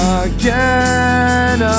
again